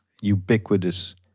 ubiquitous